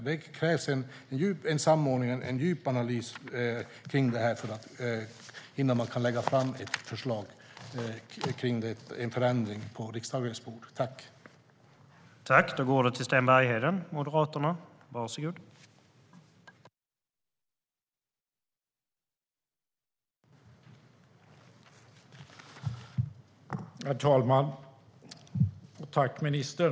Det krävs samordning och en djup analys innan man kan lägga fram ett förslag om en förändring på riksdagens bord.